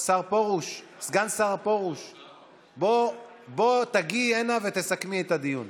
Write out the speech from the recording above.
סגן השר פרוש, בוא, תגיעי הנה ותסכמי את הדיון.